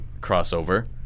crossover